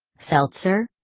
seltzer?